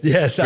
Yes